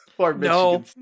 No